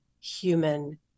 human